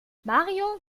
mario